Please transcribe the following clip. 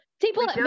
people